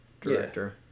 director